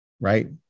Right